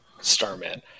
Starman –